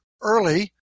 early